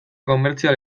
komertzial